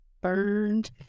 burned